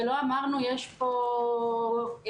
ולא אמרנו יש פה קורונה,